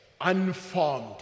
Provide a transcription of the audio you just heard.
unformed